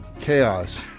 chaos